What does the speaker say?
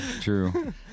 True